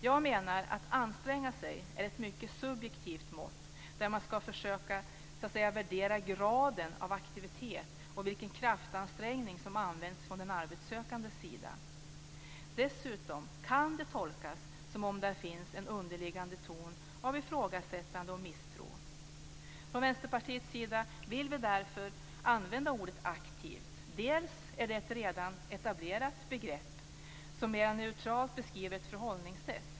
Jag menar att "att anstränga sig" är ett mycket subjektivt mått där man ska försöka så att säga värdera "graden" av aktivitet och den kraftansträngning som används från arbetssökandens sida. Dessutom kan det tolkas som att där finns en underliggande ton av ifrågasättande och misstro. Vi i Vänsterpartiet vill därför använda ordet aktivt. Dels är det ett redan etablerat begrepp som mer neutralt beskriver ett förhållningssätt.